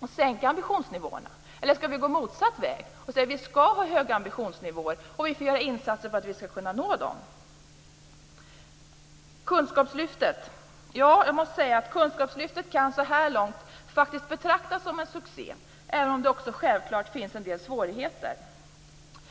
och ambitionsnivåerna? Eller skall vi gå motsatt väg och säga att vi skall ha höga ambitionsnivåer och att vi måste göra insatser för att nå dem. När det gäller kunskapslyftet måste jag säga att det hittills faktiskt kan betraktas som en succé, även om det självfallet också innehåller en del svårigheter.